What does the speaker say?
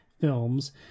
films